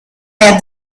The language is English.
had